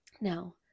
Now